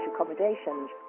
accommodations